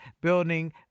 building